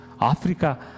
Africa